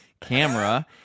camera